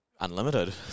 unlimited